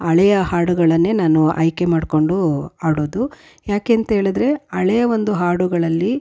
ಹಳೆಯ ಹಾಡುಗಳನ್ನೇ ನಾನು ಆಯ್ಕೆ ಮಾಡಿಕೊಂಡು ಹಾಡೋದು ಯಾಕೆ ಅಂತ್ಹೇಳಿದ್ರೆ ಹಳೇ ಒಂದು ಹಾಡುಗಳಲ್ಲಿ